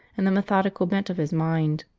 and the methodical bent of his mind.